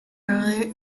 early